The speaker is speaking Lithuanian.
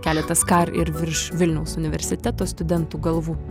keletas kar ir virš vilniaus universiteto studentų galvų